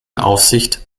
aufsicht